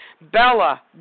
Bella